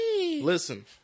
listen